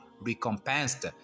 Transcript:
recompensed